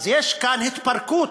אז יש כאן התפרקות.